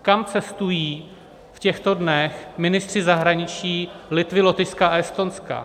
Kam cestují v těchto dnech ministři zahraničí Litvy, Lotyšska a Estonska?